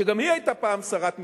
שגם היא היתה פעם שרת משפטים,